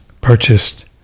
purchased